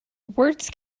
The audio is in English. words